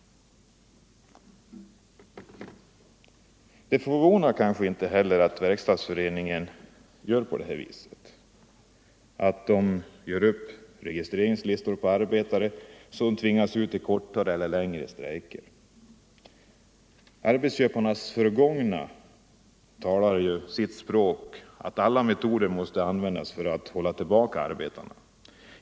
Det förvånar kanske inte att Verkstadsföreningen gör upp registreringslistor på arbetare som tvingas ut i kortare eller längre strejker. Arbetsköparnas förgångna talar ju sitt språk: alla metoder måste användas för att hålla tillbaka arbetarna.